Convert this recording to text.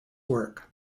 work